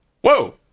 Whoa